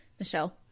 Michelle